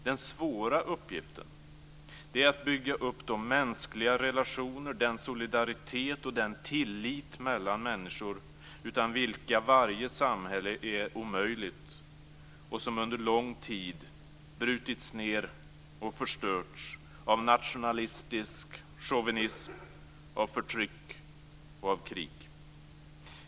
Den svåra uppgiften är att bygga upp de mänskliga relationer - solidariteten och tilliten mellan människor - utan vilka varje samhälle är omöjligt och som under lång tid har brutits ned och förstörts av nationalistisk chauvinism, av förtryck och av krig.